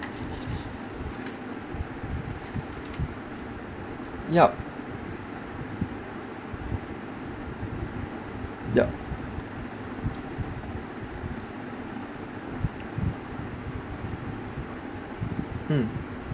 yup yup mm